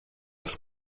das